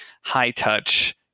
high-touch